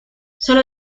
sólo